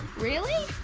really?